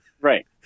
right